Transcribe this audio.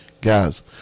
Guys